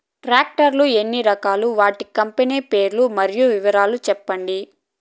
Tractor లు ఎన్ని రకాలు? వాటి కంపెని పేర్లు మరియు వివరాలు సెప్పండి?